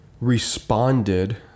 responded